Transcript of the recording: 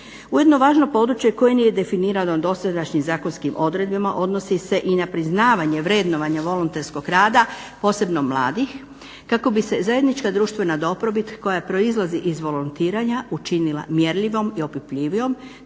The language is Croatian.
Ujedno važno područje koje nije definirano dosadašnjim zakonskim odredbama odnosi se i na priznavanje vrednovanja volonterskog rada, posebno mladih kako bi se zajednička društvena dobrobit koja proizlazi iz volontiranja učinila mjerljivom i opipljivijom